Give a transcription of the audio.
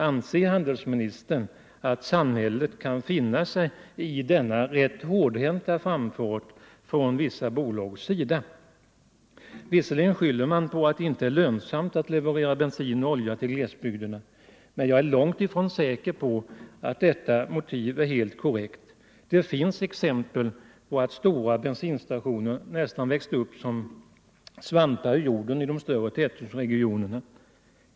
Anser handelsministern att samhället kan finna sig i denna tämligen hårdhänta framfart från vissa bolags sida? Visserligen skyller man på att det inte är lönsamt att leverera bensin och olja till glesbygderna, men jag är långt ifrån säker på att detta motiv är helt korrekt. Det finns exempel på att stora bensinstationer nästan har växt upp som svampar ur jorden i större tätortsregioner.